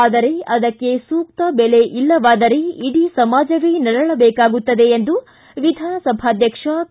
ಆದರೆ ಅದಕ್ಕ ಸೂಕ್ತ ಬೆಲೆ ಇಲ್ಲವಾದರೆ ಇಡೀ ಸಮಾಜವೇ ನರಳಬೇಕಾಗುತ್ತದೆ ಎಂದು ವಿಧಾನಸಭಾಧ್ಯಕ್ಷ ಕೆ